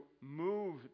move